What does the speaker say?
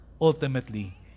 ultimately